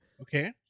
Okay